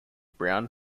brown